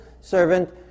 servant